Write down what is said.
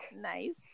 Nice